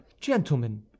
gentlemen